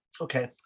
Okay